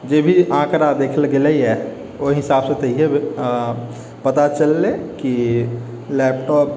जे भी आँकड़ा देखल गेलैए ओहि हिसाबसँ तऽ इएह पता चललै कि लैपटॉप